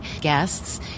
guests